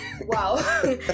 Wow